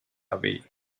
away